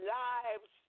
lives